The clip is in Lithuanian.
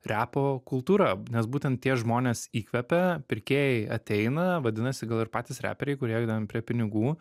repo kultūra nes būtent tie žmonės įkvepia pirkėjai ateina vadinasi gal ir patys reperiai kurie ten prie pinigų